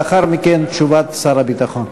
לאחר מכן, תשובת שר הביטחון.